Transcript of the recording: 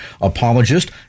apologist